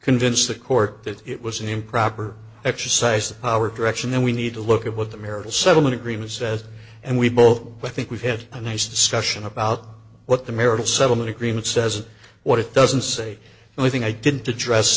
convince the court that it was an improper exercise of power direction then we need to look at what the marital settlement agreement says and we both i think we've had a nice discussion about what the marital settlement agreement says what it doesn't say only thing i didn't address